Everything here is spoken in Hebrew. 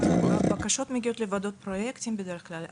הבקשות מגיעות לוועדות פרויקטים בדרך כלל,